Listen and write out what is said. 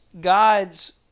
God's